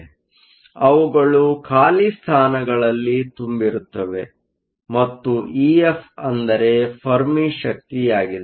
ಆದ್ದರಿಂದ ಅವುಗಳು ಖಾಲಿ ಸ್ಥಾನಗಳಲ್ಲಿ ತುಂಬಿರುತ್ತವೆ ಮತ್ತು ಇಎಫ್ ಅಂದರೆ ಫೆರ್ಮಿ ಶಕ್ತಿಯಾಗಿದೆ